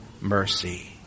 mercy